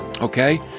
Okay